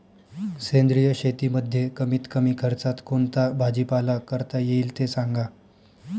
सेंद्रिय शेतीमध्ये कमीत कमी खर्चात कोणता भाजीपाला करता येईल ते सांगा